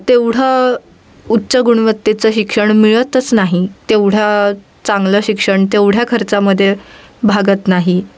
तेवढं उच्च गुणवत्तेचं शिक्षण मिळतच नाही तेवढ्या चांगलं शिक्षण तेवढ्या खर्चामध्ये भागत नाही